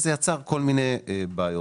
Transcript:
וזה יצר כל מיני בעיות.